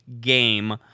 game